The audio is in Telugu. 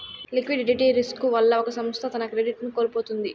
లిక్విడిటీ రిస్కు వల్ల ఒక సంస్థ తన క్రెడిట్ ను కోల్పోతుంది